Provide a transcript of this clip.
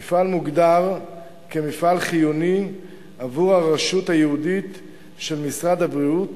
המפעל מוגדר כמפעל חיוני עבור הרשות הייעודית של משרד הבריאות,